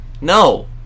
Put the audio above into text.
No